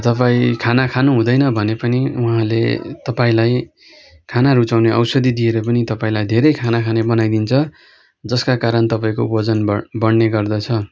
तपाईँ खाना खानु हुँदैन भने पनि उहाँले तपाईँलाई खाना रुचाउने औषधी दिएर पनि तपाईँलाई धेरै खाना खाने बनाइदिन्छ जसका कारण तपाईँको ओजन बढ्ने गर्दछ